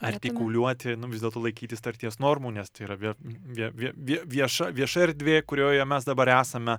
artikuliuoti nu vis dėlto laikytis tarties normų nes tai yra vie vie vie vie vieša vieša erdvė kurioje mes dabar esame